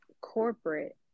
corporate